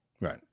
right